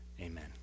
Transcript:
amen